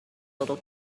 little